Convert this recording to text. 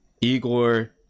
Igor